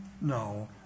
No